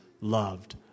loved